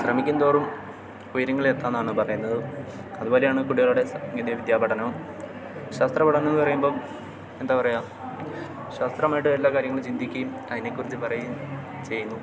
ശ്രമിക്കുന്തോറും ഉയരങ്ങളിൽ എത്താമെന്നാണ് പറയുന്നത് അതു പോലെയാണ് കുട്ടികളുടെ സാങ്കേതിക വിദ്യാപഠനവും ശാസ്ത്രപഠനമെന്നു പറയുമ്പം എന്താ പറയുക ശാസ്ത്രമായിട്ട് എല്ലാ കാര്യങ്ങളും ചിന്തിക്കുകയും അതിനെക്കുറിച്ച് പറയുകയും ചെയ്യുന്നു